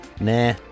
Nah